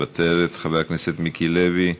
מוותרת, חבר הכנסת מיקי לוי,